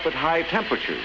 of at high temperature